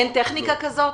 אין טכניקה כזאת?